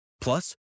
Plus